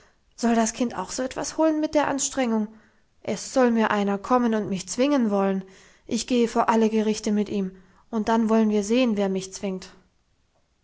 soll das kind auch so etwas holen mit der anstrengung es soll mir einer kommen und mich zwingen wollen ich gehe vor alle gerichte mit ihm und dann wollen wir sehen wer mich zwingt